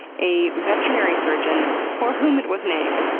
a veterinary surgeon for whom it was named.